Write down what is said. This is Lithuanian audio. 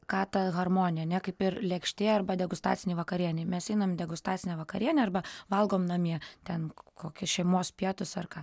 ką ta harmonija ane kaip ir lėkštėj arba degustacinėj vakarienėj mes einam į degustacinę vakarienę arba valgom namie ten koki šeimos pietūs ar ką